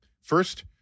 First